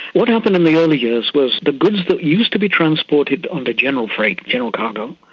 what happened in the early years was the goods that used to be transported under general freight, general cargo,